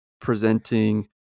presenting